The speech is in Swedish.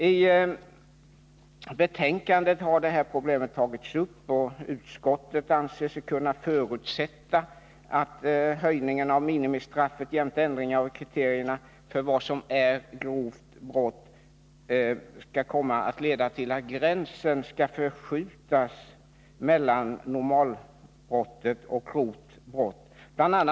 I betänkandet har problemet tagits upp, och utskottet anser sig kunna förutsätta att en höjning av minimistraffet jämte ändringar av kriterierna för vad som är att anses som grovt brott kommer att leda till att gränsen mellan normalbrott och grovt brott förskjuts. Bl.